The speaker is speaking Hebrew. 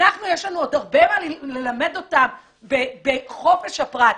אנחנו יש לנו עוד הרבה מה ללמד אותן בחופש הפרט.